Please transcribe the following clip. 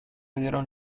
dieron